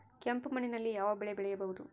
ಕೆಂಪು ಮಣ್ಣಿನಲ್ಲಿ ಯಾವ ಬೆಳೆ ಬೆಳೆಯಬಹುದು?